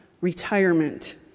retirement